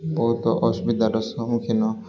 ବହୁତ ଅସୁବିଧାର ସମ୍ମୁଖୀନ